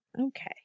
Okay